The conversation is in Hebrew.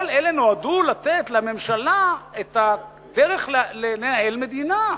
כל אלה נועדו לתת לממשלה את הדרך לנהל מדינה,